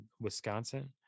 wisconsin